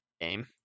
game